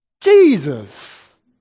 Jesus